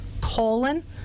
colon